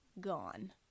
gone